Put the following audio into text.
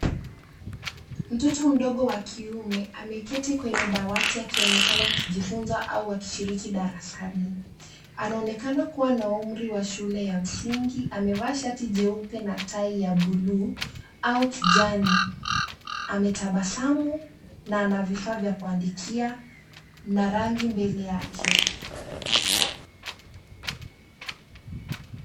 Mtoto mdogo wa kiume ameketi kwenye dawati akionekana akijifunza au akishiriki darasani. Anaonekana kuwa na umri wa shule ya msingi. Amevaa shati jeupe na tai ya buluu au kijani. Ametabasamu na anavifaa vya kuandikia na rangi mbele yake.